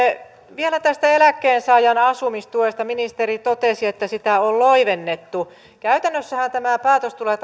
vielä tästä eläkkeensaajan asumistuesta ministeri totesi että sitä on loivennettu käytännössähän tämä päätös tulee